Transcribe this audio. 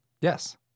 yes